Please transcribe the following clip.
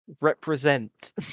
represent